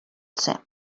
ser